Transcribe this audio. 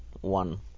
one